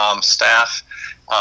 staff